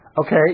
Okay